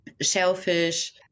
shellfish